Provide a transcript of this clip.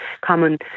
common